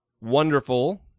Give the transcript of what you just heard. wonderful